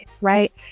Right